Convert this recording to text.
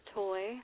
toy